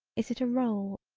is it a roll,